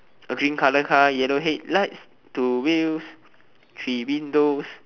a green colour car yellow headlights two wheels three windows